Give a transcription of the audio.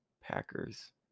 Packers